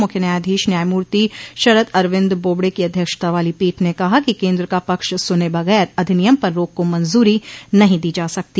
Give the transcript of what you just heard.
मुख्य न्यायधीश न्यायमूर्ति शरद अरविन्द बोबड़े की अध्यक्षता वाली पीठ ने कहा कि केन्द्र का पक्ष सुने बगैर अधिनियम पर रोक को मंजरी नहीं दी जा सकती